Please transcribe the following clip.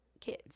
kids